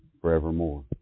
forevermore